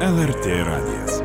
lrt radijas